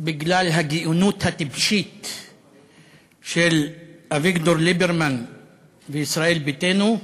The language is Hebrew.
בגלל הגאונות הטיפשית של אביגדור ליברמן וישראל ביתנו,